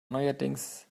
neuerdings